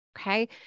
Okay